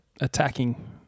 attacking